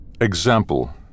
Example